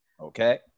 okay